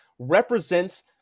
Represents